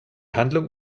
handlung